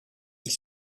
ils